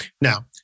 Now